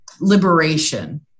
liberation